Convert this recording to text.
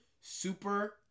Super